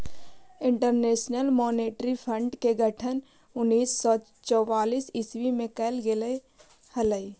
international monetary fund के गठन उन्नीस सौ चौवालीस ईस्वी में कैल गेले हलइ